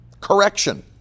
correction